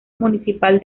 municipal